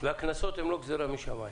והקנסות הם לא גזרה משמיים,